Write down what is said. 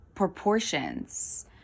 Proportions